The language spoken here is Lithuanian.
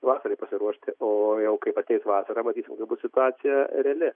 vasarai pasiruošti o jau kaip ateis vasara matysim jau bus situacija reali